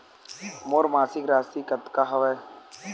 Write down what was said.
मोर मासिक राशि कतका हवय?